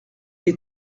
est